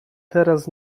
teraz